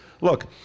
Look